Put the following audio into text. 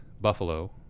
Buffalo